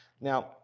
Now